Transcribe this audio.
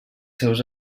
seus